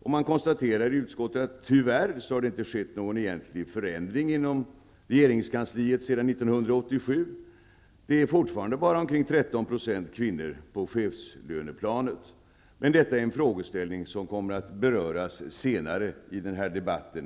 Utskottet konstaterar att det tyvärr inte har skett någon egentlig förändring inom regeringskansliet sedan 1987. Det är fortfarande bara omkring 13 % kvinnor på chefslöneplanet. Denna frågeställning kommer att beröras senare i den här debatten.